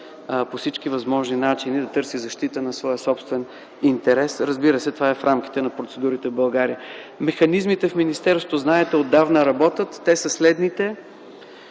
по всички възможни начини да търси защита на своя собствен интерес. Разбира се, това е в рамките на процедурите в България. Механизмите в министерството, знаете, отдавна работят, те са следните: